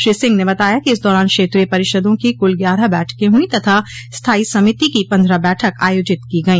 श्री सिंह ने बताया कि इस दौरान क्षेत्रीय परिषदों की कुल ग्यारह बैठकें हुई तथा स्थायी समिति की पन्द्रह बैठक आयोजित की गई